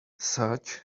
such